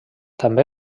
també